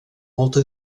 molta